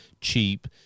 cheap